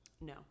No